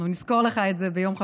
אנחנו נזכור לך את זה ביום חמישי.